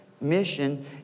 Mission